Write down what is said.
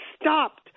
stopped